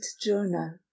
Journal